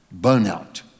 Burnout